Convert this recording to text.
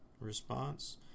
Response